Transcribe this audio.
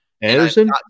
Anderson